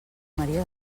maria